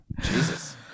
Jesus